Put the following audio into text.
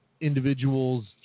individuals